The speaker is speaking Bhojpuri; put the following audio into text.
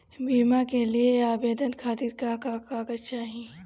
बीमा के लिए आवेदन खातिर का का कागज चाहि?